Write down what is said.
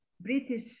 British